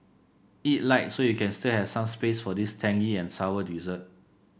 eat light so you can still have some space for this tangy and sour dessert